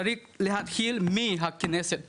צריך להתחיל מהכנסת פה.